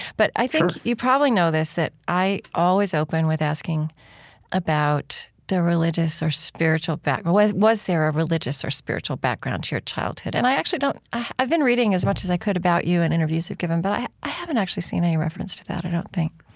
but i think you probably know this, that i always open with asking about the religious or spiritual background was was there a religious or spiritual background to your childhood? and i actually don't i've been reading as much as i could about you and interviews you've given, but i i haven't actually seen any reference to that, i don't think